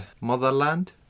Motherland